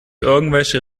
irgendwelche